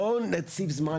בואו נציב זמן,